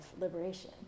liberation